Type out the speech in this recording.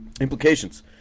implications